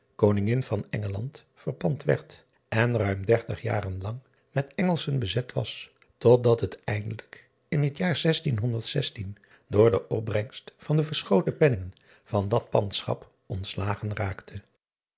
oningin van ngeland verpand werd en ruim dertig jaren lang met ngelschen bezet was tot dat het eindelijk in het jaar door de opbrengst van de verschoten penningen van dat pandschap ontslagen raakte